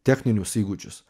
techninius įgūdžius